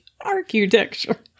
Architecture